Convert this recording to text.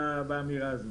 באמירה הזאת.